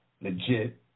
Legit